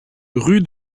rue